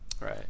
Right